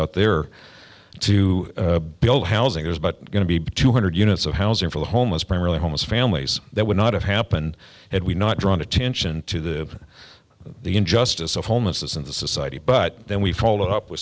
out there to build housing there's but going to be two hundred units of housing for the homeless primarily homeless families that would not have happened had we not drawn attention to the the injustice of homelessness in the society but then we follow up with